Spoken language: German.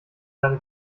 seine